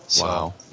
Wow